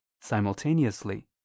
simultaneously